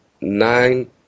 nine